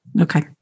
Okay